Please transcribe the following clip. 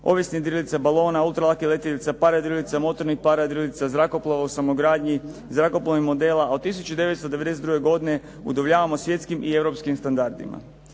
ovisne jedrilice balona, ultra lakih jedinica, parajedrilica, motornih parajedrilica, zrakoplova u samogradnji, zrakoplovnih modela. Od 1992. godine udovoljavamo svjetskim i europskim standardima.